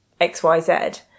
XYZ